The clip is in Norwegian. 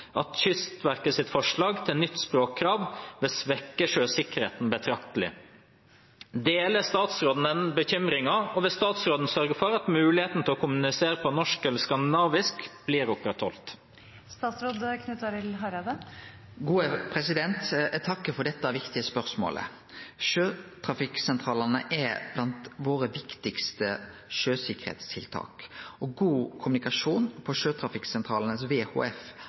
NTL Kystverket, Parat Kystverket, Norsk Sjøoffisersforbund, Norges Fiskarlag og Fiskebåt at Kystverkets forslag til nytt språkkrav vil svekke sjøsikkerheten betraktelig. Deler statsråden denne bekymringen, og vil statsråden sørge for at muligheten til å kommunisere på norsk/skandinavisk opprettholdes?» Eg takkar for dette viktige spørsmålet. Sjøtrafikksentralane er blant dei viktigaste sjøsikkerheitstiltaka våre, og god kommunikasjon på